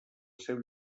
seu